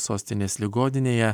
sostinės ligoninėje